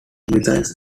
missiles